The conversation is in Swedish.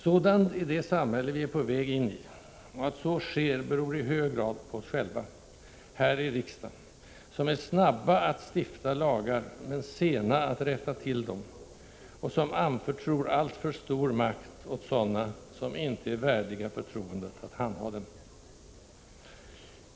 Sådant är det samhälle vi är på väg in i, och att så sker beror i hög grad på oss själva, här i riksdagen, som är snabba att stifta lagar men sena att rätta till dem, och som anförtror alltför stor makt åt sådana, som inte är värdiga förtroendet att handha den.